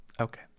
okay